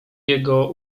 jego